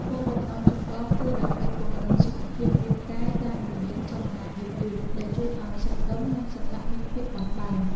គោលបំណងចម្បងគឺដើម្បីពង្រឹងសុខភាពរាងកាយតាមរយៈចលនាយឺតៗដែលជួយឱ្យសាច់ដុំ និងសន្លាក់មានភាពបត់បែន។